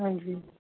ਹਾਂਜੀ